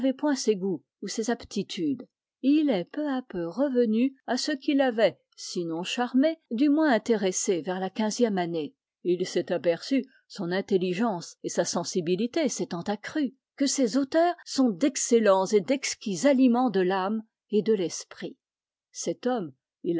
ces goûts ou ces aptitudes et il est peu à peu revenu à ce qui l'avait sinon charmé du moins intéressé vers la quinzième année et il s'est aperçu son intelligence et sa sensibilité s'étant accrues que ces auteurs sont d'excellents et d'exquis aliments de l'âme et de l'esprit cet homme